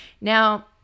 Now